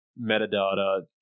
metadata